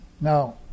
Now